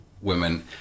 women